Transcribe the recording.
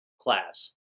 class